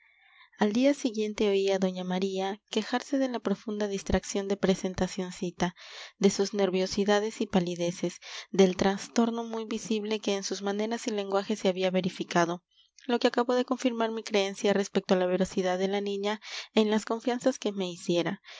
al día siguiente oí a doña maría quejarse de la profunda distracción de presentacioncita de sus nerviosidades y palideces del trastorno muy visible que en sus maneras y lenguaje se había verificado lo que acabó de confirmar mi creencia respecto a la veracidad de la niña en las confianzas que me hiciera